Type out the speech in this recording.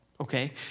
okay